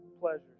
pleasures